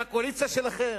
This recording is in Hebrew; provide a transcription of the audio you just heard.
מהקואליציה שלכם?